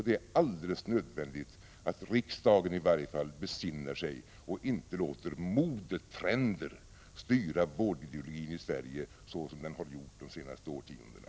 Det är alldeles nödvändigt att i varje fall riksdagen besinnar sig och inte låter modetrender styra vårdideologin i Sverige, såsom har skett under de senaste årtiondena.